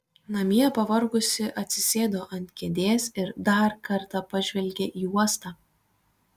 namie pavargusi atsisėdo ant kėdės ir dar kartą pažvelgė į uostą